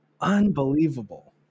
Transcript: unbelievable